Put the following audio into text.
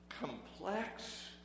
complex